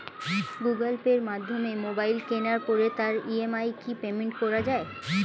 Google পের মাধ্যমে mobile কেনার পরে তার ই.এম.আই কি পেমেন্ট করা যায়?